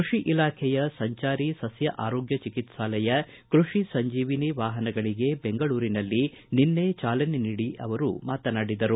ಕೃಷಿ ಇಲಾಖೆಯ ಸಂಚಾರಿ ಸಸ್ತ ಆರೋಗ್ಯ ಚಿಕಿತ್ಸಾಲಯ ಕೃಷಿ ಸಂಜೀವಿನಿ ವಾಹನಗಳಿಗೆ ಬೆಂಗಳೂರಿನಲ್ಲಿ ನಿನ್ನೆ ಚಾಲನೆ ನೀಡಿ ಅವರು ಮಾತನಾಡಿದರು